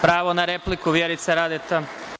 Pravo na repliku, Vjerica Radeta.